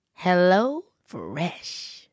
HelloFresh